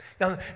Now